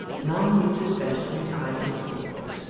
none knew this better than the idlest boys,